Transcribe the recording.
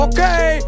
Okay